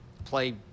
play